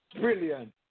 brilliant